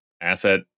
asset